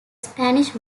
spanish